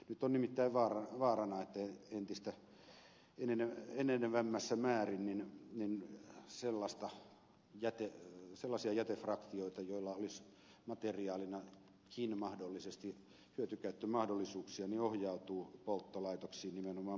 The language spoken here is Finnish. nyt on nimittäin vaarana että enenevässä määrin on sellaista jätte sellasia ja sellaisia jätefraktioita joilla olisi materiaalinakin hyötykäyttömahdollisuuksia ohjautuu polttolaitoksiin nimenomaan massapolttolaitoksiin